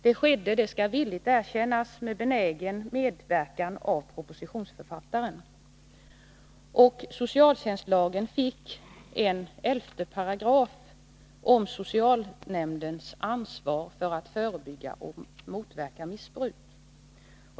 Det skedde, det skall villigt erkännas, med benägen medverkan av propositionsförfattaren. Socialtjänstlagen fick en 11 § om socialnämndens ansvar för att förebygga och motverka missbruk.